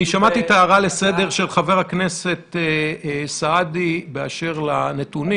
שמעתי את ההערה לסדר של חבר הכנסת סעדי באשר לנתונים.